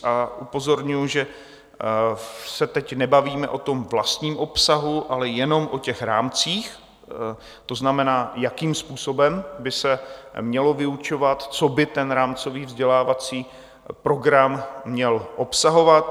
A upozorňuji, že se teď nebavíme o vlastním obsahu, ale jenom o těch rámcích, to znamená, jakým způsobem by se mělo vyučovat, co by ten rámcový vzdělávací program měl obsahovat.